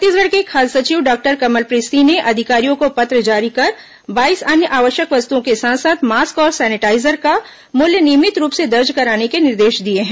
छत्तीसगढ़ के खाद्य सचिव डॉक्टर कमलप्रीत सिंह ने अधिकारियों को पत्र जारी कर बाईस अन्य आवश्यक वस्तुओं के साथ साथ मास्क और सेनिटाईजर का मूल्य नियमित रूप से दर्ज कराने के निर्देश दिए हैं